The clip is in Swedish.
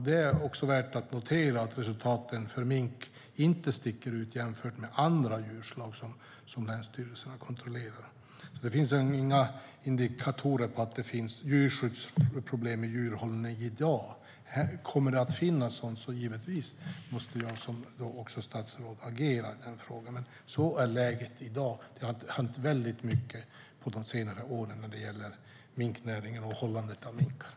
Det är värt att notera att resultaten för mink inte sticker ut jämfört med andra djurslag som länsstyrelserna kontrollerar. Det finns inga indikatorer på att det finns djurskyddsproblem inom djurhållningen i dag. Om det kommer att finnas måste jag som statsråd givetvis agera i frågan, men så ser läget ut i dag. Det har hänt väldigt mycket under de senaste åren när det gäller minknäringen och hållandet av minkar.